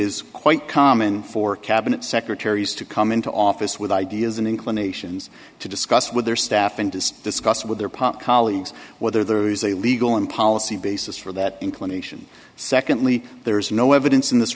is quite common for cabinet secretaries to come into office with ideas and inclinations to discuss with their staff and is discussed with their park colleagues whether there is a legal and policy basis for that inclination secondly there is no evidence in this